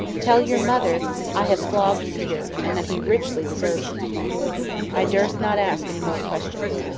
tell your mother i have flogged peter, and that he richly deserved it i durst not ask any more questions.